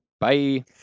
Bye